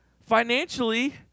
financially